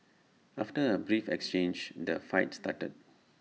after A brief exchange the fight started